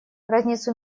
разницу